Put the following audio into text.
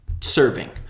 serving